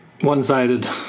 one-sided